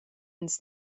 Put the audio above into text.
ins